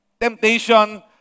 Temptation